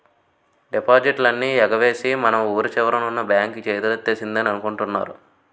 డిపాజిట్లన్నీ ఎగవేసి మన వూరి చివరన ఉన్న బాంక్ చేతులెత్తేసిందని అనుకుంటున్నారు